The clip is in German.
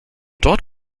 dort